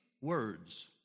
words